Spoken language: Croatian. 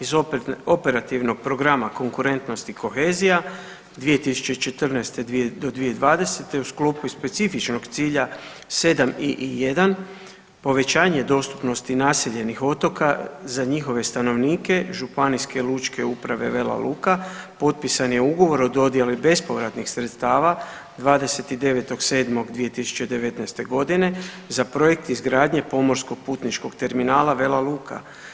Iz Operativnog programa konkurentnost i kohezija 2014.-2020. u sklopu specifičnog cilja 7 i 1, povećanje dostupnosti naseljenih otoka za njihove stanovnike, Županijske lučke uprave Vela Luka potpisan je ugovor o dodjeli bespovratnih sredstava 29.7.2019. g. za projekt izgradnje pomorskog putničkog terminala Vela Luka.